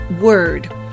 word